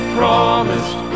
promised